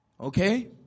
Okay